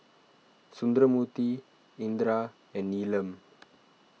Sundramoorthy Indira and Neelam